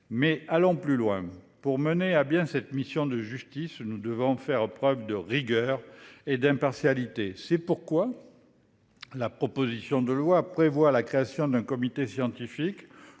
allons plus loin. Pour mener à bien cette mission de justice, nous devons faire preuve de rigueur et d'impartialité. C'est pourquoi la proposition de loi tend à la création d'un comité scientifique